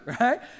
right